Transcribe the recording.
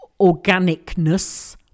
organicness